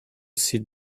sit